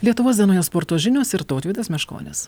lietuvos dienoje sporto žinios ir tautvydas meškonis